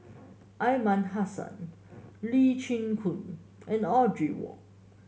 Aliman Hassan Lee Chin Koon and Audrey Wong